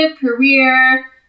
career